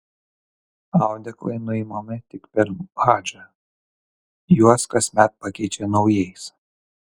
audeklai nuimami tik per hadžą juos kasmet pakeičia naujais